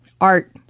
Art